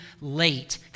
late